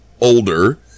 older